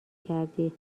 کردی